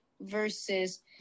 versus